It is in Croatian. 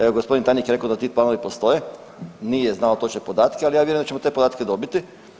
Evo, g. tajnik je rekao da ti planovi postoje, nije znao točne podatke, ali ja vjerujem da ćemo te podatke dobiti.